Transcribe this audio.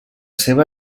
seva